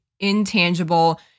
intangible